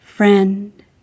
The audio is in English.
Friend